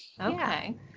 okay